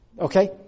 okay